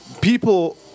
people